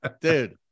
dude